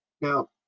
Now